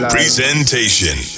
Presentation